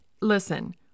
listen